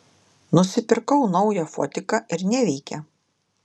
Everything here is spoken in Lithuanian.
nusipirkau naują fotiką ir neveikia